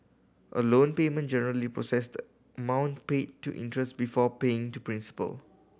a loan payment generally process the amount paid to interest before paying to principal